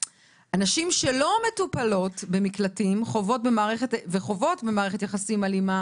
נשים שלא מטופלות במקלטים וחוות במערכת יחסים אלימה